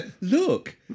Look